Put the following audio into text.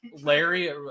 Larry